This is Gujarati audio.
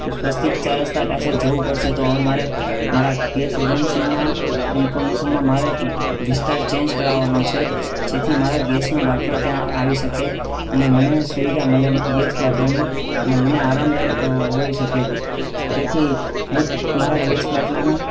સ્વસ્તિક ચાર રસ્તા પાસે જવું પડશે તો મારે હવે મારા ગેસ એજન્સીના ઇન્ફોમેસનમાં મારે વિસ્તાર ચેન્જ કરાવાનો છે જેથી મારા ગેસનો બાટલો ત્યાં આવી શકે અને મને સુવિધા મળે ગેસ બાટલાની અને મને આરામદાય હોઈ શકે તેથી હું મારા ગેસ બાટલાના